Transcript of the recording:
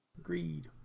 Agreed